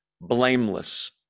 blameless